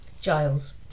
giles